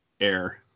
air